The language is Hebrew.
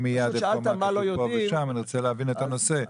מיד פה ושם אני רוצה להבין את הנושא,